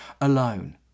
alone